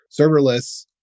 serverless